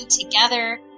together